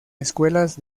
escuelas